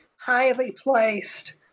highly-placed